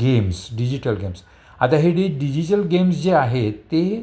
games digital games आता हे digital games जे आहेत ते